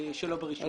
שלא ברישוי.